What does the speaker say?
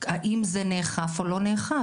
האם זה נאכף או לא נאכף,